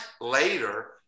later